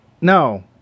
No